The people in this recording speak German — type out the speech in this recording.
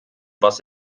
was